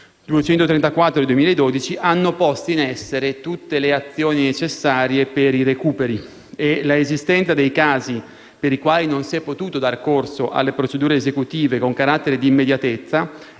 n. 234 del 2012, hanno posto in essere tutte le azioni necessarie per i recuperi. L'esistenza dei casi per i quali non si è potuto dare corso alle procedure esecutive con carattere di immediatezza